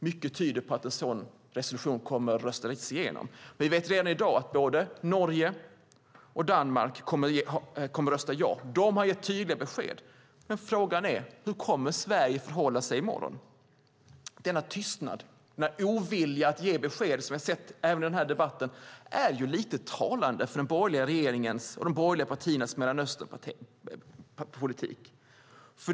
Mycket tyder på att en sådan resolution kommer att röstas igenom. Vi vet redan i dag att både Norge och Danmark kommer att rösta ja. De har gett tydliga besked, men frågan är hur Sverige kommer att förhålla sig i morgon. Denna tystnad, denna ovilja att ge besked som vi har sett även i den här debatten, är lite talande för den borgerliga regeringens och de borgerliga partiernas Mellanösternpolitik.